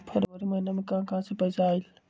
फरवरी महिना मे कहा कहा से पैसा आएल?